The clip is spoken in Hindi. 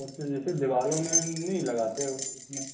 उससे जैसे दिवारों में नहीं लगाते हैं उस में